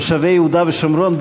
תושבי יהודה ושומרון,